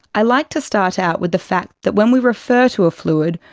i like to start out with the fact that when we refer to a fluid,